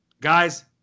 Guys